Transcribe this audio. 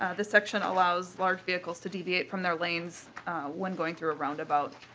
ah the section allows large vehicles to deviate from their lanes when going through a roundabout.